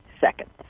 seconds